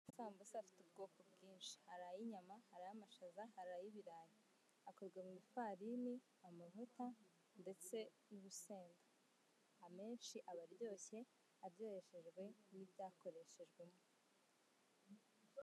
...sambusa afite ubwoko bwinshi; hari ay'inyama, hari amashaza, hari ay'ibirayi. Akorwa mu ifarini amavuta ndetse n'ubusenga. Amenshi aba aryoshye, aryoheshejwe n'ibyakoreshejwemo.